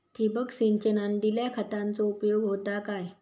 ठिबक सिंचनान दिल्या खतांचो उपयोग होता काय?